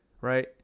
right